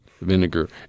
vinegar